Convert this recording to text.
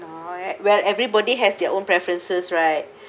oh well everybody has their own preferences right